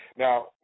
Now